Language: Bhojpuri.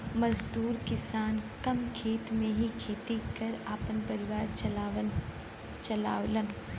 मजदूर किसान कम खेत में ही खेती कर क आपन परिवार चलावलन